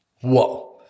whoa